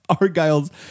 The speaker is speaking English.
Argyle's